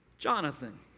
Jonathan